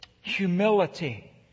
Humility